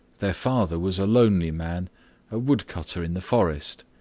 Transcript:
their father was a lonely man a wood-cutter in the forest.